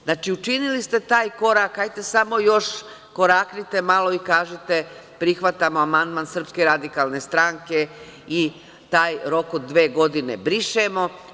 Znači, učinili ste taj korak, dajte samo još koraknite malo i kažite prihvatamo amandman SRS i taj rok od dve godine brišemo.